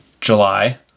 July